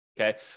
Okay